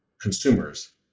consumers